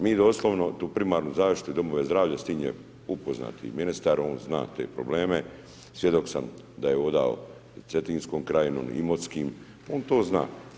Mi doslovno tu primarnu zaštitu i domove zdravlja s tim je upoznat i ministar on zna te probleme, svjedok sam da u Cetinskoj krajini i Imotskim, on to zna.